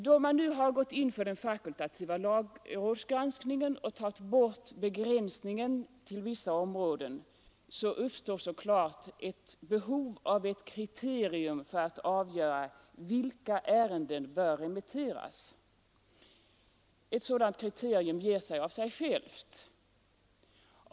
Då man nu gått in för den fakultativa lagrådsgranskningen och tagit bort begränsningen till vissa områden, uppstår ett behov av ett kriterium för att avgöra vilka ärenden som bör remitteras. Ett sådant kriterium ger sig av sig självt.